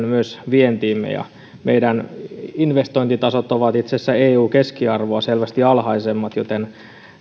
myös meidän vientiimme meidän investointitasomme ovat itse asiassa eu keskiarvoa selvästi alhaisemmat joten